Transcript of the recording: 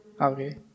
Okay